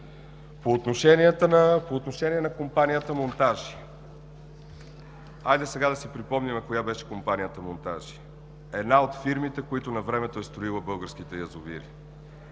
По отношение на компанията „Монтажи“. Хайде сега да си припомним коя беше компанията „Монтажи“. Това е една от фирмите, които навремето са строили българските язовири.